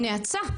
נאצה.